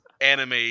anime